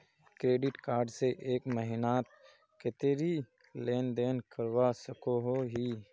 Credit card से एक महीनात कतेरी लेन देन करवा सकोहो ही?